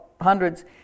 hundreds